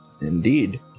Indeed